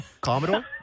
Commodore